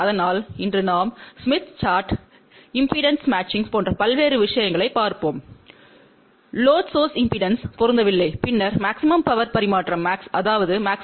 அதனால் இன்று நாம் ஸ்மித் விளக்கப்படம் இம்பெடன்ஸ் பொருத்தம் போன்ற பல்வேறு விஷயங்களைப் பார்ப்போம் லோடு சோர்ஸ் இம்பெடன்ஸ்டன் பொருந்தவில்லை பின்னர் மாக்ஸிமும் பவர் பரிமாற்றம் max